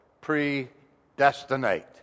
predestinate